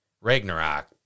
Ragnarok